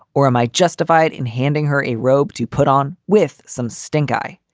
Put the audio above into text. or am i justified in handing her a robe to put on with some stink eye?